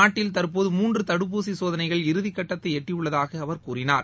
நாட்டில் தற்போது மூன்று தடுப்பூசி சோதனைகள் இறுதி கட்டத்தை எட்டியுள்ளதாக அவர் கூறினார்